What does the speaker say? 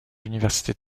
l’université